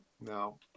No